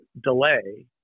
delay